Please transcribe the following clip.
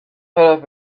طرف